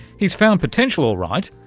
he's found potential all right,